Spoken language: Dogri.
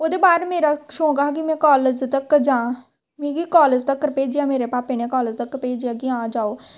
ओह्दे बाद मेरा शौंक हा कि में कालेज तक्कर जां मिकी कालेज तक्कर भेजेआ मेरे भापे ने कालेज तक भेजेआ कि हां जाओ